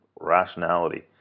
rationality